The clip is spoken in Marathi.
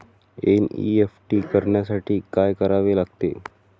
एन.ई.एफ.टी करण्यासाठी काय करावे लागते?